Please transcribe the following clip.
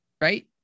Right